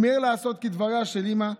הוא מיהר לעשות כדבריה של אימא,